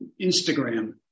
Instagram